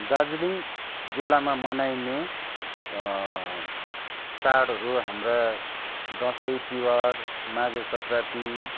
दार्जिलिङ जिल्लामा मनाइने चाडहरू हाम्रा दसैँ तिहार माघे सङ्क्रान्ति